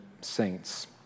saints